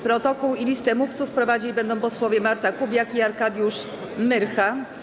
Protokół i listę mówców prowadzić będą posłowie Marta Kubiak i Arkadiusz Myrcha.